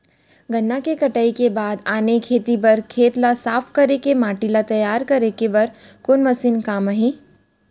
गन्ना के कटाई के बाद आने खेती बर खेत ला साफ कर के माटी ला तैयार करे बर कोन मशीन काम आही?